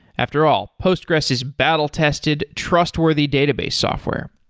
after all, postgres is battle tested, trustworthy database software,